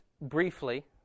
briefly